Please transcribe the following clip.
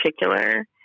particular